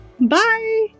Bye